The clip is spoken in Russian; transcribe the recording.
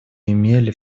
имели